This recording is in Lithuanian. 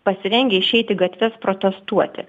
pasirengę išeiti į gatves protestuoti